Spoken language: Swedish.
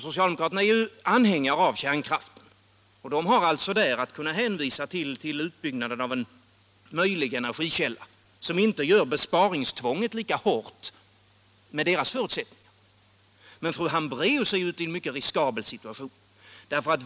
Socialdemokraterna är ju anhängare av kärnkraft och kan alltså hänvisa till utbyggnaden av en möjlig energikälla, och besparingstvånget blir inte lika hårt med deras förutsättningar. Men fru Hambraeus är ute i en mycket riskabel situation.